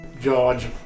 George